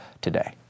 today